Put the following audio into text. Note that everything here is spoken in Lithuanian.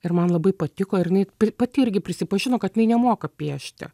ir man labai patiko ir jinai pri pati irgi prisipažino kad jinai nemoka piešti